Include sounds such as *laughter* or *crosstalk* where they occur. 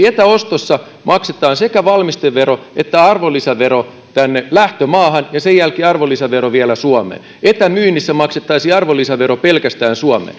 *unintelligible* etäostossa maksetaan sekä valmistevero että arvonlisävero tänne lähtömaahan ja sen jälkeen vielä arvonlisävero suomeen etämyynnissä maksettaisiin arvonlisävero pelkästään suomeen *unintelligible*